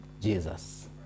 Jesus